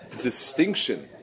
distinction